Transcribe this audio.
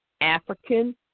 African